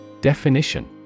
Definition